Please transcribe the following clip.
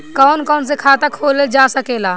कौन कौन से खाता खोला जा सके ला?